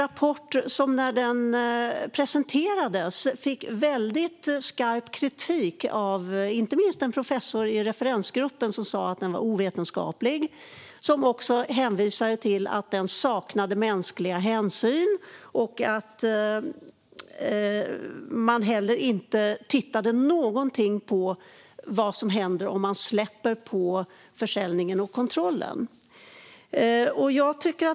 När denna rapport presenterades fick den skarp kritik. En professor i referensgruppen sa att den var ovetenskaplig, saknade mänsklig hänsyn och inte alls tittade på vad som händer om man släpper på försäljning och kontroll.